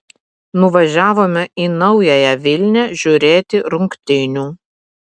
nuvažiavome į naująją vilnią žiūrėti rungtynių